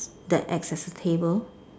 that acts as a table